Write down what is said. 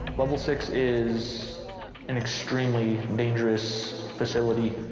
level six is an extremely dangerous facility.